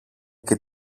και